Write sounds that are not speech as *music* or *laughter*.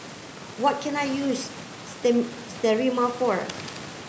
what can I use *unintelligible* Sterimar for